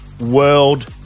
world